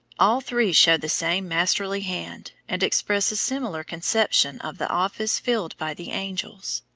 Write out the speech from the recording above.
all three show the same masterly hand, and express a similar conception of the office filled by the angels.